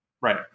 right